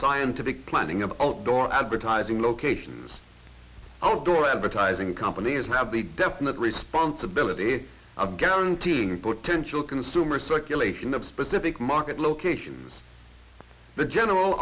scientific planning of outdoor advertising locations outdoor advertising companies have the definite responsibility of guaranteeing potential consumer circulation of specific market location is the general